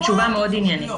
זו תשובה מאוד עניינית.